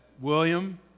William